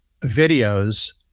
videos